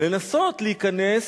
לנסות להיכנס